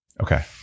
Okay